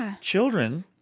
Children